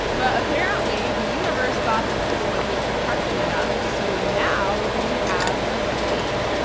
but apparently, the universe thought that this wasn't depressing enough so now we have the plague.